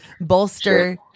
bolster